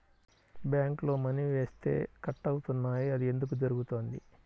బ్యాంక్లో మని వేస్తే కట్ అవుతున్నాయి అది ఎందుకు జరుగుతోంది?